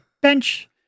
bench